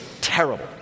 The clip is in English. terrible